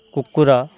କୁକୁର